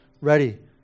ready